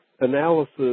analysis